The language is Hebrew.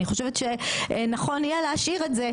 אני חושבת שנכון יהיה להשאיר את זה,